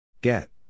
Get